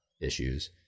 issues